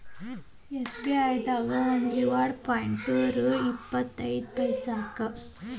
SBI ದಾಗ ಒಂದು reward point ರೊ ಇಪ್ಪತ್ ಐದ ಪೈಸಾಕ್ಕ ಸಮನಾಗಿರ್ತದ